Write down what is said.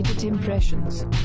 impressions